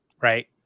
right